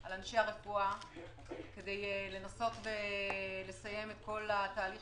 על אנשי הרפואה כדי לנסות לסיים את כל תהליך